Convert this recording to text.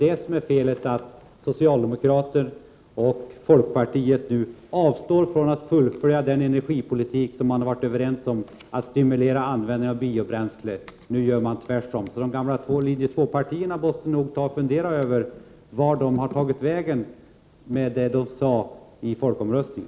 Det som är felet är att socialdemokraterna och folkpartiet nu avstår från att fullfölja den energipolitik som man har varit överens om — att stimulera användningen av biobränslen. Nu gör man tvärtom. De gamla Linje 2-partierna måste nog fundera över vart det har tagit vägen som de sade i folkomröstningen.